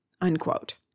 unquote